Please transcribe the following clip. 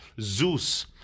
Zeus